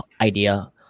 idea